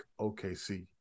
OKC